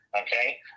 Okay